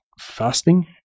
fasting